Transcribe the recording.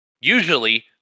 usually